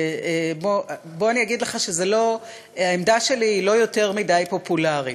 בוא אני אגיד לך שהעמדה שלי לא יותר מדי פופולרית.